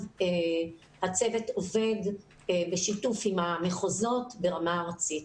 הצוות עובד בשיתוף עם המחוזות ברמה ארצית.